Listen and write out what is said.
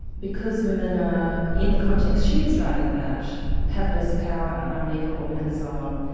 because women ah in the context she is writing about have less power, are unequal and so on,